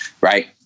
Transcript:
Right